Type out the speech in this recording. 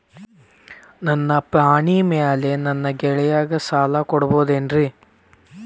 ನನ್ನ ಪಾಣಿಮ್ಯಾಲೆ ನನ್ನ ಗೆಳೆಯಗ ಸಾಲ ಕೊಡಬಹುದೇನ್ರೇ?